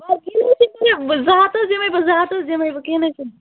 باقٕے نہَ حظ چھُنہٕ کیٚنٛہہ زٕ ہَتھ حظ دِمٕے بہٕ زٕ ہَتھ حظ دِمٕے بہٕ کیٚنٛہہ نہٕ حظ چھُنہٕ